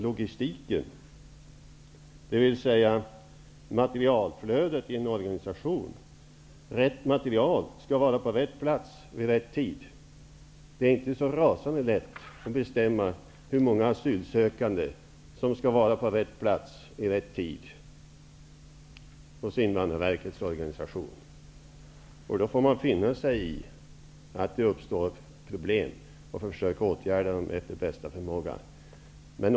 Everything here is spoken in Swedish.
Det handlar alltså om materialflödet i en organisation. Rätt material skall vara på rätt plats vid rätt tid. Det är dock inte så lätt att bestämma hur många asylsökande som skall vara på rätt plats vid rätt tid när det gäller Invandrarverkets organisation. Då får man finna sig i att problem kan uppstå, och man får försöka åtgärda problemen efter bästa förmåga.